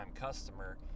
customer